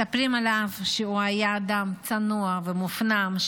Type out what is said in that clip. מספרים עליו שהוא היה אדם צנוע ומופנם,